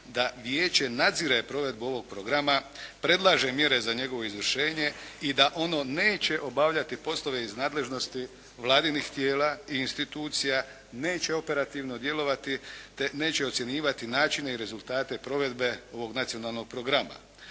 da vijeće nadzire provedbu ovog programa, predlaže mjere za njegovo izvršenje i da ono neće obavljati poslove iz nadležnosti Vladinih tijela i institucija, neće operativno djelovati te neće ocjenjivati načine i rezultate provedbe ovog nacionalnog programa.